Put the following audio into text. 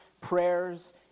prayers